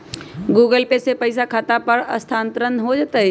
Google Pay से पईसा खाता पर स्थानानंतर हो जतई?